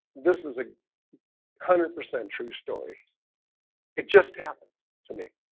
this is a hundred percent true story it just happened to me